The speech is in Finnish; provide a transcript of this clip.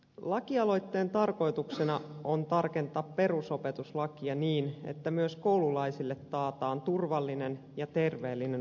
lakialoitteen tarkoituksena on tarkentaa perusopetuslakia niin että myös koululaisille taataan turvallinen ja terveellinen opiskeluympäristö